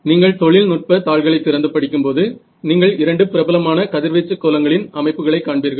நீங்கள் தொழில்நுட்ப தாள்களை திறந்து படிக்கும்போது நீங்கள் இரண்டு பிரபலமான கதிர்வீச்சு கோலங்களின் அமைப்புகளை காண்பீர்கள்